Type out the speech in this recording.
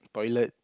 toilet